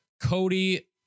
Cody